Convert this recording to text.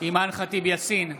אימאן ח'טיב יאסין,